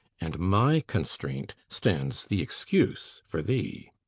and my constraint stands the excuse for thee.